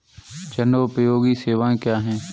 जनोपयोगी सेवाएँ क्या हैं?